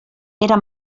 era